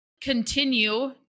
continue